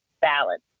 balance